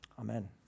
Amen